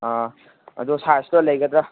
ꯑꯥ ꯑꯗꯨ ꯁꯥꯏꯁꯇꯣ ꯂꯩꯒꯗ꯭ꯔꯥ